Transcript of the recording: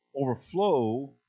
overflow